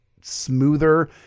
smoother